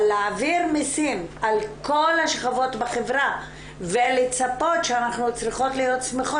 אבל להעביר מסים על כל השכבות בחברה ולצפות שאנחנו צריכות להיות שמחות